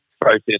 process